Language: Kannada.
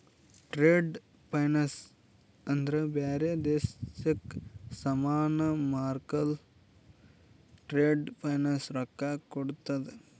ಟ್ರೇಡ್ ಫೈನಾನ್ಸ್ ಅಂದ್ರ ಬ್ಯಾರೆ ದೇಶಕ್ಕ ಸಾಮಾನ್ ಮಾರ್ಲಕ್ ಟ್ರೇಡ್ ಫೈನಾನ್ಸ್ ರೊಕ್ಕಾ ಕೋಡ್ತುದ್